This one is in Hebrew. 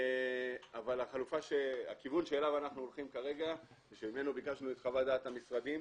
אבל הכיוון שאליו אנחנו הולכים כרגע ושממנו ביקשנו את חוות דעת המשרדים,